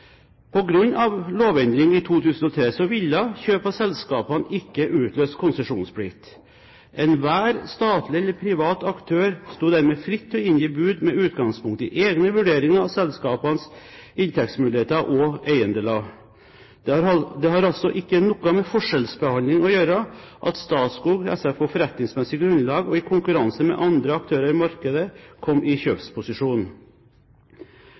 lovendring i 2003 ville kjøp av selskapene ikke utløse konsesjonsplikt. Enhver statlig eller privat aktør sto dermed fritt til å inngi bud med utgangspunkt i egne vurderinger av selskapenes inntektsmuligheter og eiendeler. Det har altså ikke noe med forskjellsbehandling å gjøre at Statskog SF på forretningsmessig grunnlag og i konkurranse med andre aktører i markedet kom i kjøpsposisjon.